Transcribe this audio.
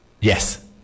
Yes